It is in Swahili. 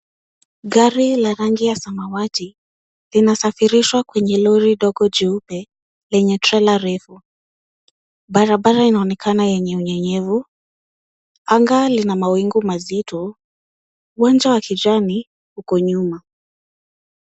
Gari la rangi ya samawati, inasafirishwa kwenye lori ndogo jeupe, lenye trela refu. Barabara inaonekana yenye unyevu. Anga lina mawingu mazito. Uwanja wa kijani uko nyuma.